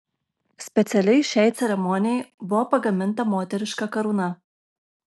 specialiai šiai ceremonijai buvo pagaminta moteriška karūna